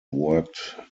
worked